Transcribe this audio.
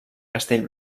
castell